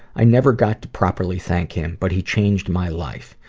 i never got to properly thank him, but he changed my life.